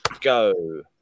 Go